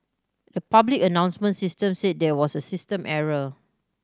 the public announcement system said there was a system error